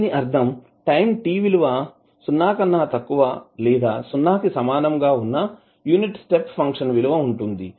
దీని అర్ధం time t విలువ సున్నా కన్నా తక్కువ లేదా సున్నాకి సమానంగా వున్నా యూనిట్ స్టెప్ ఫంక్షన్ విలువ ఉంటుంది